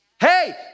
Hey